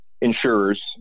insurers